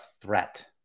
threat